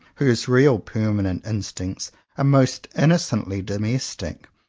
whose real permanent instincts are most innocently domestic,